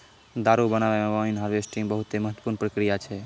दारु बनाबै मे वाइन हार्वेस्टिंग बहुते महत्वपूर्ण प्रक्रिया छै